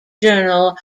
journal